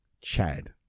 Chad